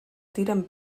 tiren